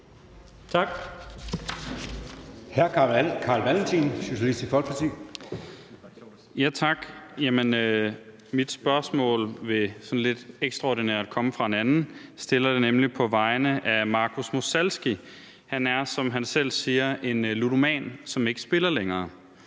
Kl. 15:41 Carl Valentin (SF): Tak. Mit spørgsmål vil sådan lidt ekstraordinært komme fra en anden. Jeg stiller det nemlig på vegne af Marcus Mossalski. Han er, som han selv siger, en ludoman, som ikke spiller længere,